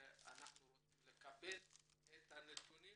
לקבל את הנתונים